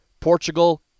Portugal